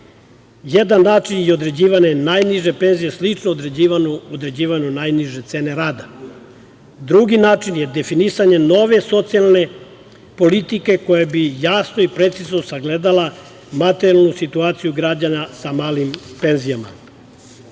Jedan način je određivanje najniže penzije, slično određivanju najniže cene rada. Drugi način je definisanje nove socijalne politike koja bi jasno i precizno sagledala materijalnu situaciju građana sa malim penzijama. Kao